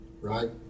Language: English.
right